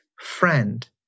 Friend